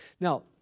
Now